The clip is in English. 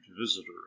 visitor